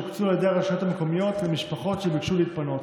שהוקצו על ידי הרשויות המקומיות למשפחות שביקשו להתפנות.